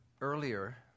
earlier